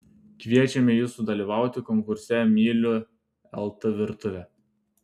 kviečiame jus dalyvauti konkurse myliu lt virtuvę